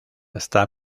está